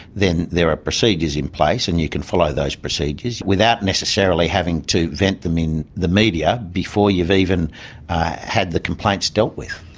then there are procedures in place and you can follow those procedures without necessarily having to vent them in the media before you've even had the complaints dealt with.